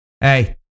Hey